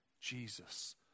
Jesus